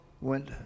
went